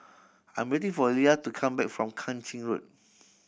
I'm waiting for Leah to come back from Kang Ching Road